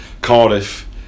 cardiff